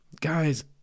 Guys